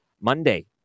Monday